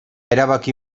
erabaki